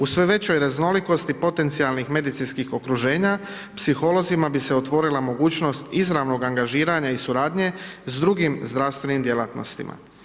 U sve većoj raznolikosti potencijalnih medicinskih okruženja psiholozima bi se otvorila mogućnost izravnog angažiranja i suradnje s drugim zdravstvenim djelatnostima.